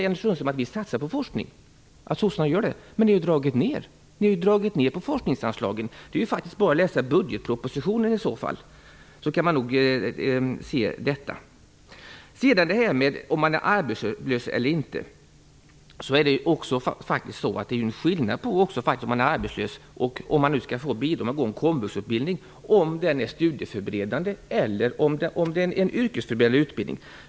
Anders Sundström säger här att socialdemokraterna satsar på forskning. Men ni har ju dragit ner på forskningsanslagen. Det är bara att läsa i budgetpropositionen så ser man det. Så till frågan om man är arbetslös eller inte: Om man är arbetslös och skall få bidrag är det faktiskt skillnad på att gå en studieförberedande eller en yrkesförberedande komvuxutbildning.